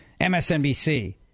MSNBC